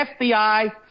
FBI